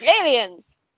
Aliens